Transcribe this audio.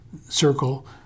circle